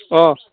অঁ